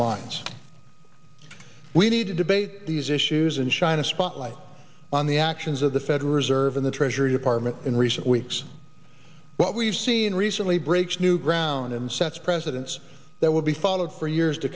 minds we need to debate these issues and shine a spotlight on the actions of the federal reserve and the treasury department in recent weeks what we've seen and recently breaks new ground and sets presidents that will be followed for years to